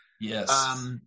Yes